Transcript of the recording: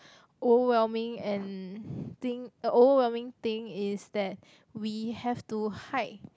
overwhelming and thing~ uh overwhelming thing is that we have to hike